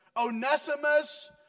Onesimus